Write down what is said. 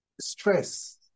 stress